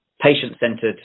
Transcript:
patient-centered